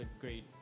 great